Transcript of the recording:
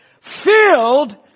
filled